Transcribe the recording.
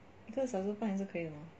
一个小时半也是可以嘛